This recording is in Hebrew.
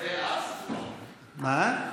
התקבל אז,